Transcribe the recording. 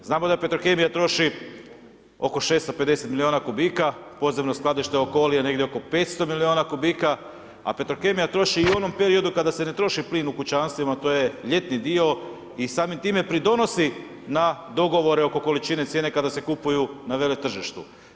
Znamo da Petrokemija troši oko 650 milijuna kubika, podzemno skladište Okoli negdje oko 500 milijuna kubika, a Petrokemija troši i u onom periodu kada se ne troši plin u kućanstvima, to je ljetni dio i samim time pridonosi na dogovore oko količine cijene kada se kupuju na veletržištu.